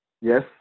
Yes